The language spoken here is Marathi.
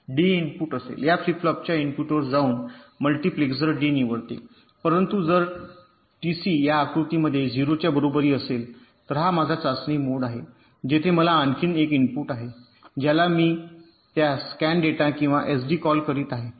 डी इनपुट असेल या फ्लिप फ्लॉपच्या इनपुटवर जाऊन मल्टीप्लेक्सर डी निवडते परंतु जर टीसी या आकृतीमध्ये 0 च्या बरोबरी असेल तर हा माझा चाचणी मोड आहे जेथे मला आणखी एक इनपुट आहे ज्याला मी त्यास स्कॅन डेटा किंवा एसडी कॉल करीत आहे